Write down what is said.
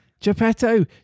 Geppetto